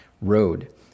road